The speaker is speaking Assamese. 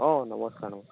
অ নমস্কাৰ